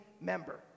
member